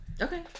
Okay